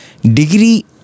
degree